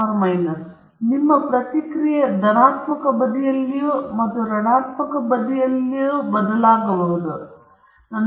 ಆದ್ದರಿಂದ ನಿಮ್ಮ ಪ್ರತಿಕ್ರಿಯೆ ಧನಾತ್ಮಕ ಬದಿಯಲ್ಲಿಯೂ ಮತ್ತು ಋಣಾತ್ಮಕ ಬದಿಯಲ್ಲಿಯೂ ಬದಲಾಗಬಹುದು